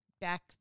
back